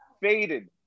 faded